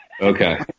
Okay